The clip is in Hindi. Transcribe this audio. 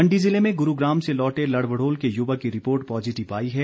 मंडी जिले में गुरूग्राम से लौटे लड़भडोल के युवक की रिपोर्ट पॉजिटिव आई है